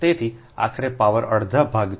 તેથી આખરે પાવર અડધા ભાગ 3